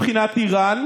מבחינת איראן,